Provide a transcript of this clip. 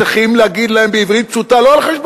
צריכים להגיד להם בעברית פשוטה: